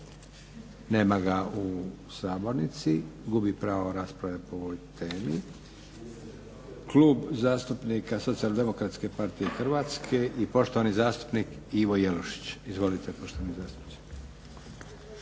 Nema ga u sabornici. Gubi pravo rasprave o ovoj temi. Klub zastupnika SDP-a Hrvatske i poštovani zastupnik Ivo Jelušić. Izvolite poštovani zastupniče.